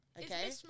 Okay